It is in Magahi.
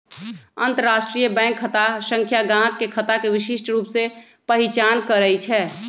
अंतरराष्ट्रीय बैंक खता संख्या गाहक के खता के विशिष्ट रूप से पहीचान करइ छै